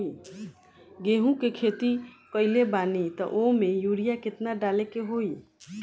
गेहूं के खेती कइले बानी त वो में युरिया केतना डाले के होई?